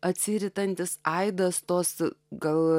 atsiritantys aidas tos gal